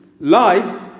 Life